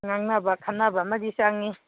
ꯉꯥꯡꯅꯕ ꯈꯟꯅꯕ ꯑꯃꯗꯤ ꯆꯪꯉꯤ